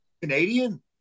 Canadian